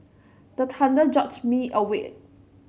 the thunder jolt me awake